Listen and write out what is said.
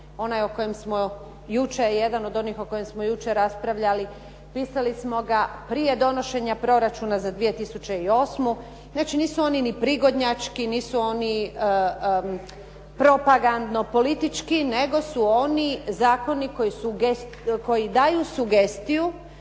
Onaj o kojem smo jučer, jedan od onih o kojima smo jučer raspravljali pisali smo ga prije donošenja proračuna za 2008. Znači, nisu oni i prigodnjački, nisu oni propagandno politički nego su oni zakoni koji daju sugestiju